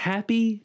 Happy